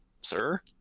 sir